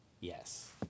yes